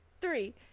three